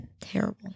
terrible